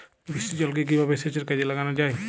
বৃষ্টির জলকে কিভাবে সেচের কাজে লাগানো য়ায়?